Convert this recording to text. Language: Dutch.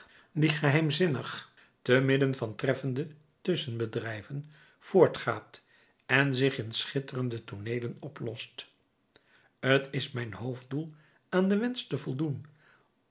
die geheimzinnig te midden van treffende tusschenbedrijven voortgaat en zich in schitterende tooneelen oplost t is mijn hoofddoel aan den wensch te voldoen